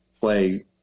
play